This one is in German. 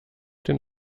den